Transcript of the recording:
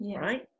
right